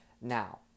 Now